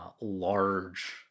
large